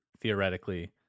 theoretically